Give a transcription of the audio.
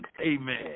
Amen